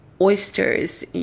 oysters